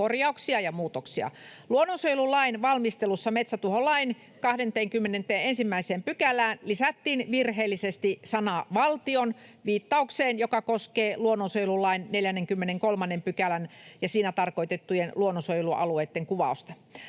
korjauksia ja muutoksia. Luonnonsuojelulain valmistelussa metsätuholain 21 §:ään lisättiin virheellisesti sana ”valtion” viittaukseen, joka koskee luonnonsuojelulain 43 §:ssä tarkoitettujen luonnonsuojelualueitten kuvausta.